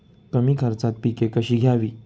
कमी खर्चात पिके कशी घ्यावी?